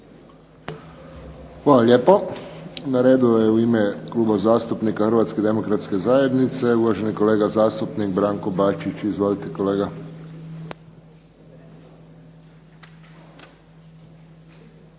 Hvala lijepo. Na redu je u ime Kluba zastupnika HDZ-a uvaženi kolega zastupnik Branko Bačić. Izvolite kolega.